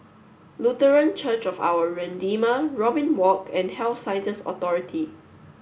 lutheran Church of our Redeemer Robin Walk and Health Science just authority